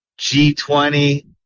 G20